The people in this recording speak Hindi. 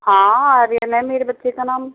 हाँ आर्यन है मेरे बच्चे का नाम